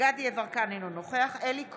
דסטה גדי יברקן, אינו נוכח אלי כהן,